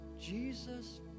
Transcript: Jesus